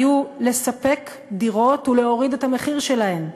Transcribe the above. היו לספק דירות ולהוריד את המחיר שלהן.